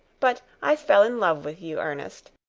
but i fell in love with you, ernest.